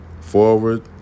forward